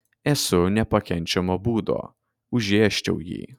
esu nepakenčiamo būdo užėsčiau jį